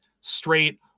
straight